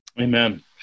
Amen